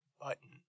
button